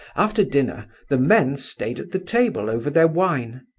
after dinner the men stayed at the table over their wine.